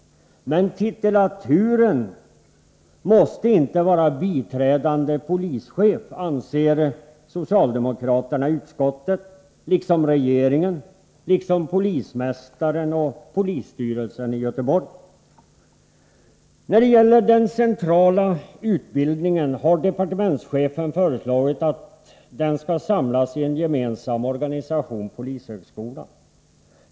Men titulaturen måste inte vara ”biträdande polischef”, anser socialdemokraterna i utskottet, liksom regeringen och liksom polismästaren och polisstyrelsen i Göteborg. När det gäller den centrala utbildningen har departementschefen föreslagit att den skall samlas i en gemensam organisation inom polishögskolan.